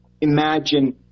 imagine